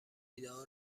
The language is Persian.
ایدهها